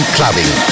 Clubbing